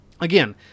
Again